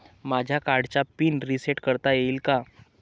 माझ्या कार्डचा pin reset करता येईल का?